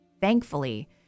Thankfully